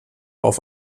auf